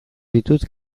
ditut